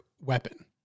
weapon